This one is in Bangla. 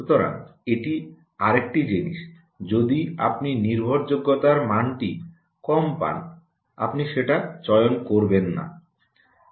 সুতরাং এটি আরেকটি জিনিস যদি আপনি নির্ভরযোগ্যতার মানটি কম পান তাহলে আপনি সেটা চয়ন করবেন না